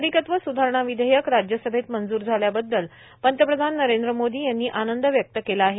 नागरिकत्व सुधारणा विधेयक राज्यसभेत मंजूर झाल्याबद्दल पंतप्रधान नरेंद्र मोदी यांनी आनंद व्यक्त केला आहे